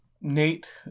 Nate